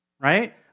right